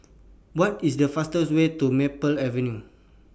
What IS The fastest Way to Maple Avenue